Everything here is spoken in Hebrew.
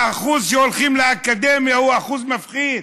האחוז שהולכים לאקדמיה הוא אחוז מפחיד,